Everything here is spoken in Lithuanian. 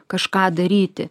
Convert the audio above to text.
kažką daryti